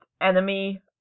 enemy